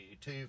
Two